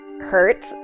hurt